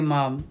Mom